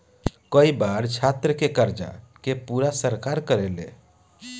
कई बार छात्र के कर्जा के पूरा सरकार करेले